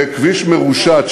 בכביש מרושת,